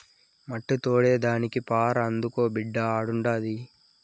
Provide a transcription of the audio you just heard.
మట్టి తోడేదానికి పార అందుకో బిడ్డా ఆడుండాది